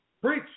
Preach